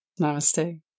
Namaste